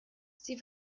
sie